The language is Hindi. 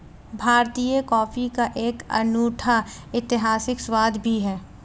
भारतीय कॉफी का एक अनूठा ऐतिहासिक स्वाद भी है